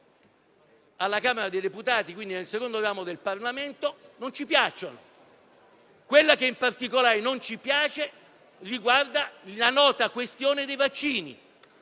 alla Camera dei deputati, quindi nel secondo ramo del Parlamento, non ci piacciono; quella che in particolare non ci piace riguarda la nota questione dei vaccini.